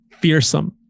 fearsome